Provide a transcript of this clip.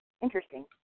Interesting